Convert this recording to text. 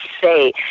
say